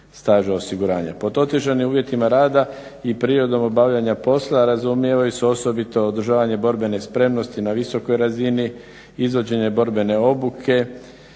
Pod otežanim uvjetima rada i prirodom obavljanja posla razumijevaju se osobito održavanje borbene spremnosti na visokoj razni, izvođenje borbene obuke